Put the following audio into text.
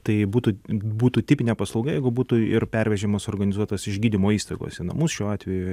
tai būtų būtų tipinė paslauga jeigu būtų ir pervežimas organizuotas iš gydymo įstaigos į namus šiuo atveju